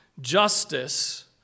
justice